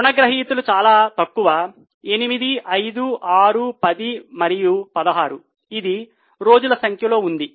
రుణగ్రహీతలు చాలా తక్కువ 8 5 6 10 మరియు 16 ఇది రోజుల సంఖ్యలో ఉంది